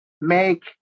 make